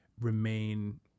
remain